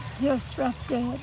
disrupted